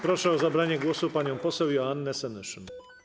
Proszę o zabranie głosu panią poseł Joannę Senyszyn.